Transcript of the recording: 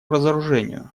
разоружению